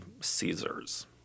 Caesars